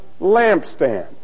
lampstand